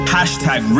Hashtag